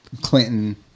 Clinton